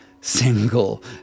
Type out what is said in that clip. single